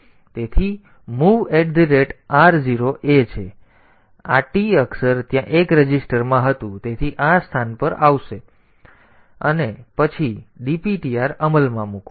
તેથી આ mov r0a છે તેથી આ t અક્ષર ત્યાં એક રજિસ્ટરમાં હતું તેથી તે આ સ્થાન પર આવશે 10 અને પછી dptr અમલમાં મૂકો